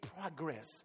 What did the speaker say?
progress